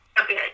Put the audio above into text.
okay